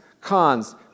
Cons